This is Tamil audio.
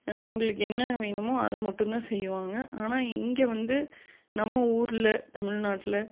அவர்களுக்கு என்ன வேணும் அதை மட்டும் தான் செய்வாங்க ஆனால் இங்கே வந்து நம்ம ஊரில் தமிழ்நாட்டில்